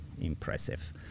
impressive